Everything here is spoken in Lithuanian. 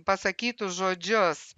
pasakytus žodžius